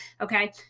okay